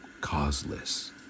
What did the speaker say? causeless